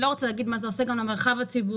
ואני לא רוצה להגיד מה זה עושה גם למרחב הציבורי,